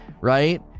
Right